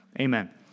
Amen